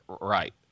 right